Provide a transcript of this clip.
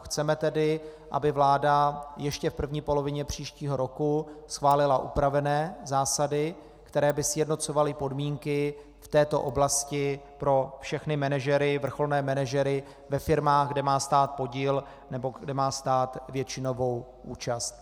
Chceme tedy, aby vláda ještě v první polovině příštího roku schválila upravené zásady, které by sjednocovaly podmínky v této oblasti pro všechny vrcholné manažery ve firmách, kde má stát podíl nebo kde má stát většinovou účast.